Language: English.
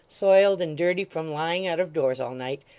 soiled and dirty from lying out of doors all night,